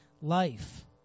life